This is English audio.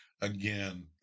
Again